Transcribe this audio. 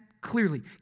clearly